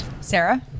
Sarah